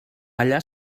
allà